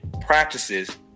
Practices